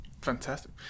Fantastic